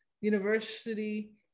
University